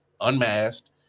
unmasked